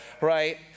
right